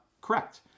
correct